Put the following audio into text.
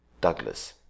Douglas